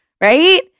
right